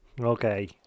okay